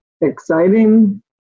exciting